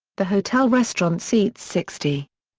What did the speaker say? the hotel restaurant seats sixty.